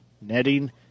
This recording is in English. netting